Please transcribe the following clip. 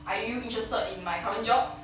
are you interested in my current job